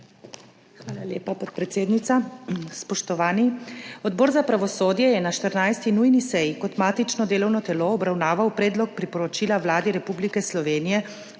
Hvala lepa podpredsednica. Spoštovani! Odbor za pravosodje je na 14. nujni seji kot matično delovno telo obravnaval predlog priporočila Vladi Republike Slovenije